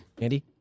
Andy